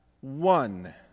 one